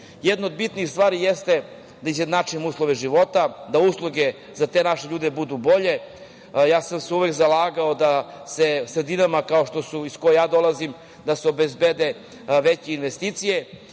Jedna od bitnih stvari jeste da izjednačimo uslove života, da usluge za te naše ljude budu bolje. Uvek sam se zalagao da se sredinama, kao sredina iz koje ja dolazim, obezbede veće investicije,